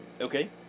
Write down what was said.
Okay